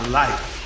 life